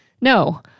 No